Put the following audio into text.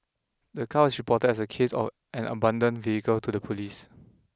the car was reported as a case of an abandoned vehicle to the police